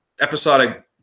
episodic